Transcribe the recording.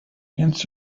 kennst